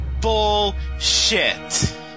Bullshit